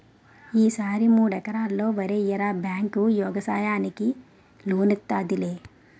ఈ సారి మూడెకరల్లో వరెయ్యరా బేంకు యెగసాయానికి లోనిత్తాదిలే